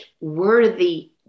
worthy